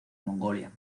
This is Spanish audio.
mongolia